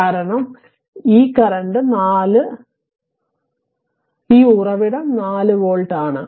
കാരണം ഈ ഉറവിടം 4 V ആണ്